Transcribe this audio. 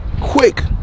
quick